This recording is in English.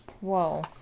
Whoa